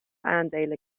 aandelen